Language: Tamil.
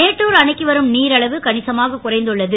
மேட்டூர் அணைக்கு வரும் நீரளவு கணிசமாகக் குறைந்துள்ளது